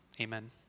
amen